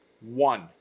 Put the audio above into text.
one